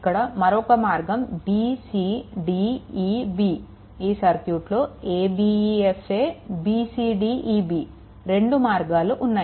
ఇక్కడ మరొక మార్గం b c d e b ఈ సర్క్యూట్లో a b e f a b c d e b రెండు మార్గాలు ఉన్నాయి